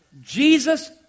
Jesus